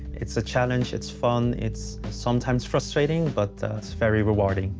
it's a challenge. it's fun. it's sometimes frustrating, but it's very rewarding.